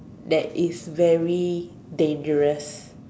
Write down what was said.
that is very dangerous